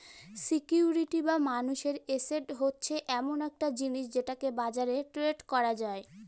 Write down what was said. security বা মানুষের asset হচ্ছে এমন একটা জিনিস যেটাকে বাজারে ট্রেড করা যায়